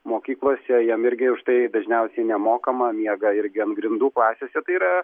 mokyklose jiem irgi už tai dažniausiai nemokama miega irgi ant grindų klasėse tai yra